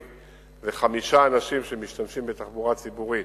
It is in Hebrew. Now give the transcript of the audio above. זה חמישה אנשים שמשתמשים בתחבורה הציבורית,